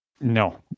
No